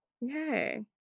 Yay